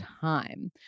time